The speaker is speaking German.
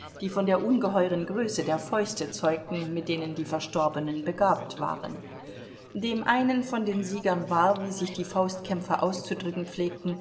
die von der ungeheuren größe der fäuste zeugten mit denen die verstorbenen begabt waren dem einen von den siegern war wie sich die faustkämpfer auszudrücken pflegen